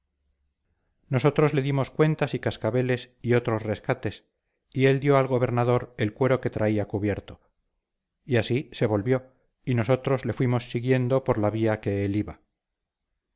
nosotros le dimos cuentas y cascabeles y otros rescates y él dio al gobernador el cuero que traía cubierto y así se volvió y nosotros le fuimos siguiendo por la vía que él iba